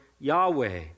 Yahweh